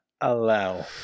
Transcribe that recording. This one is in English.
Allow